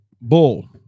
bull